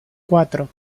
cuatro